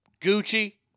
Gucci